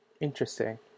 interesting